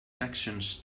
actions